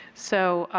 so